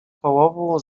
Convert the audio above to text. połowu